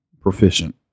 proficient